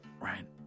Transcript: Right